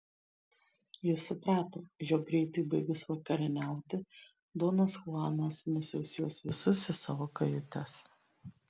jis suprato jog greitai baigus vakarieniauti donas chuanas nusiųs juos visus į savo kajutes